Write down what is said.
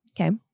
Okay